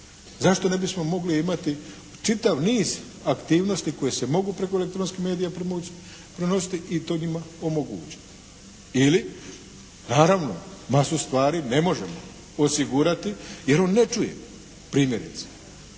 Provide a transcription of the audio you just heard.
zašto ne bismo mogli imati čitav niz aktivnosti koje se mogu preko elektronskih medija prenositi i to njima omogućiti. Ili naravno masu stvari ne možemo osigurati jer on ne čuje primjerice,